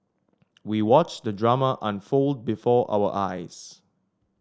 we watched the drama unfold before our eyes